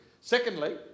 Secondly